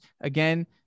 again